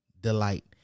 delight